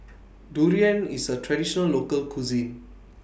Durian IS A Traditional Local Cuisine